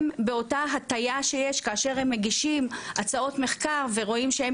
באותה הטיה שיש כאשר הם מגישים הצעות מחקר ורואים שהם